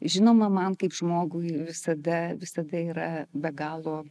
žinoma man kaip žmogui visada visada yra be galo